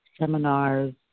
seminars